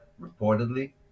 reportedly